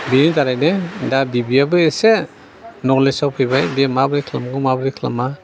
बिनि दारैनो दा बिबैआबो एसे नलेजाव फैबाय बियो माब्रै ख्लामनांगौ माब्रै ख्लामनाङा